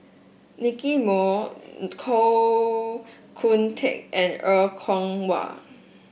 Nicky Moey Koh Hoon Teck and Er Kwong Wah